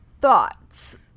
thoughts